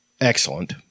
excellent